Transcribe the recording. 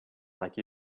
like